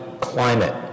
climate